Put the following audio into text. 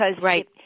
right